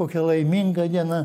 kokia laiminga diena